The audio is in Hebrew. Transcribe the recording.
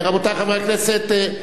רבותי חברי הכנסת,